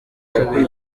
kabiri